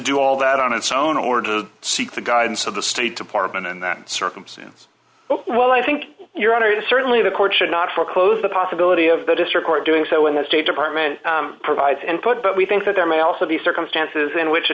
do all that on its own or to seek the guidance of the state department in that circumstance well i think your honor the certainly the court should not foreclose the possibility of the district court doing so in the state department provides input but we think that there may also be circumstances in which a